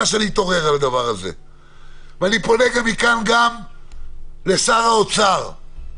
אני פונה מכאן גם לשר האוצר.